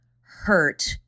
hurt